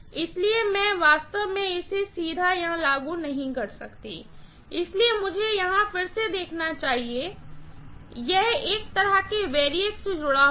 इसलिए मैं वास्तव में इसे सीधे यहां लागू नहीं कर सकती इसलिए मुझे इसे यहां फिर से दिखाना चाहिए यह इस तरह के एक वैरिएक से जुड़ा होगा